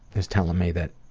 is telling me that